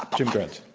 um jim grant.